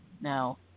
now